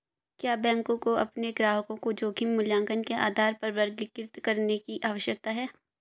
क्या बैंकों को अपने ग्राहकों को जोखिम मूल्यांकन के आधार पर वर्गीकृत करने की आवश्यकता है?